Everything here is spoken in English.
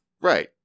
Right